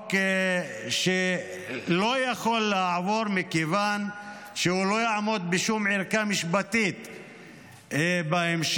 חוק שלא יכול לעבור מכיוון שהוא לא יעמוד בשום ערכאה משפטית בהמשך.